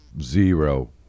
zero